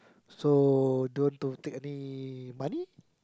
so don't to take any money